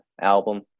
album